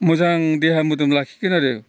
मोजां देहा मोदोम लाखिगोन आरो